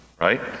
right